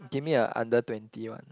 give me a under twenty one